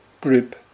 group